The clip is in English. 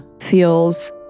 feels